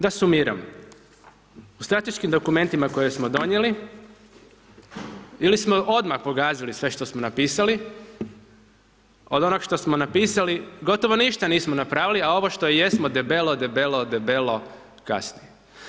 Da sumiram, u strateškim dokumentima koje smo donijeli ili smo odmah pogazili sve što smo napisali, od onog što smo napisali, gotovo ništa nismo napravili a ovo što jesmo, debelo, debelo, debelo kasni.